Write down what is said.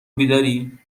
بیداری